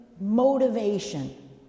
motivation